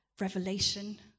revelation